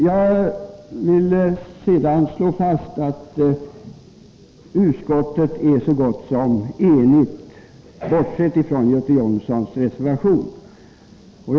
Jag vill sedan slå fast att utskottet, bortsett från Göte Jonssons reservation, är så gott som enigt.